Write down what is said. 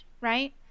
right